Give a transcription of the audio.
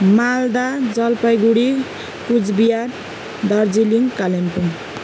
Malda Jalpaiguri Coochbehar Darjeeling Kalimpong